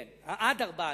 כן, עד ארבע נפשות,